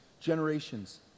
generations